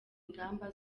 ngamba